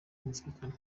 kumvikana